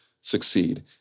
succeed